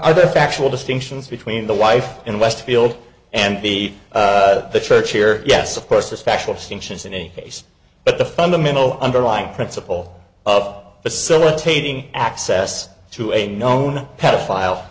are either factual distinctions between the wife in westfield and the the church here yes of course the special cinches in any case but the fundamental underlying principle of facilitating access to a known pedophile